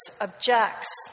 objects